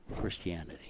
Christianity